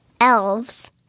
elves